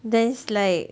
then like